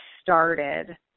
started